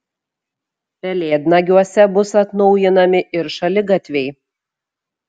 pelėdnagiuose bus atnaujinami ir šaligatviai